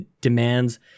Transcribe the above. demands